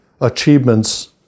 achievements